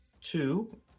two